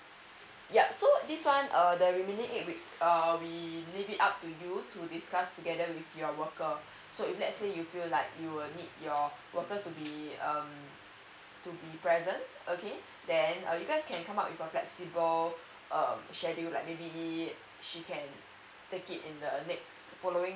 yup so this one uh the remaining eight weeks um we leave it up to you to discuss together with your worker so if let's say you feel like you will need your worker to be um to be present okay then uh you guys can come up with a flexible uh schedule like maybe she can take it in the next following